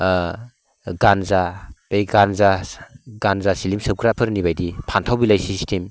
गान्जा ओइ गान्जा गान्जा सिलिम सोबग्राफोरनि बायदि फान्थाव बिलाइ सिल्टेम